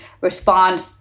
respond